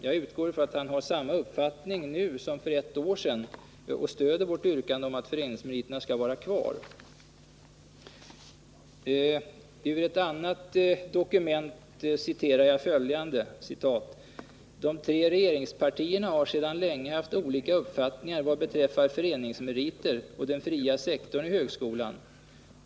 Jag utgår från att han har samma uppfattning nu som för ett år sedan och stöder vårt yrkande om att föreningsmeriterna skall vara kvar. Ur ett annat dokument citerar jag följande: ”De tre regeringspartierna har sedan länge haft olika uppfattningar vad beträffar föreningsmeriter och den fria sektorn i högskolan.